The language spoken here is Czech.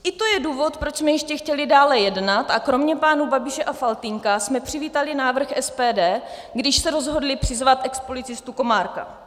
I to je důvod, proč jsme ještě chtěli dále jednat a kromě pánů Babiše a Faltýnka jsme přivítali návrh SPD, když se rozhodli přizvat expolicistu Komárka.